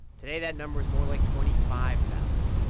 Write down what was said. today, that number's more like twenty five thousand,